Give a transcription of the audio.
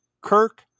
Kirk